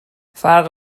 فرق